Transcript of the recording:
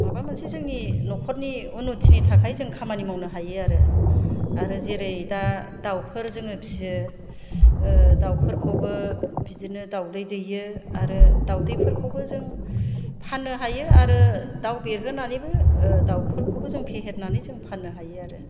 माबा मोनसे जोंनि न'खरनि उन्नतिनि थाखाय जों खामानि मावनो हायो आरो आरो जेरै दा दाउफोर जोङो फियो दाउफोरखौबो बिदिनो दाउदै दैयो आरो दाउदैफोरखौबो जों फाननो हायो आरो दाउ बेरहोनानैबो दाउफोरखौबो जों फेहेरनानै जों फाननो हायो आरो